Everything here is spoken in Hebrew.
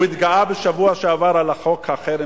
הוא התגאה בשבוע שעבר על חוק החרם,